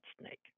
snake